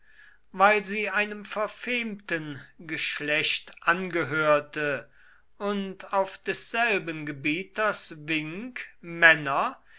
weil sie einem verfemten geschlecht angehörte und auf desselben gebieters wink männer